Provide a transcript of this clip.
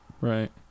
right